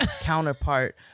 counterpart